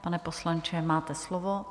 Pane poslanče, máte slovo.